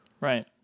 Right